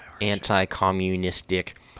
anti-communistic